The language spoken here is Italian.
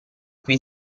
qui